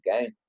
game